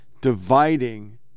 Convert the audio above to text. dividing